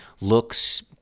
looks